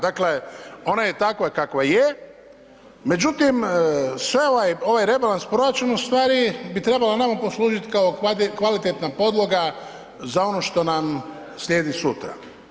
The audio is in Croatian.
Dakle, ona je takva kakva je, međutim svela je ovaj rebalans proračuna u stvari bi trebala nama poslužit kao kvalitetna podloga za ono što nam slijedi sutra.